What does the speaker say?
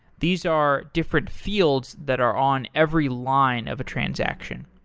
these are different fields that are on every line of a transaction.